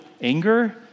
anger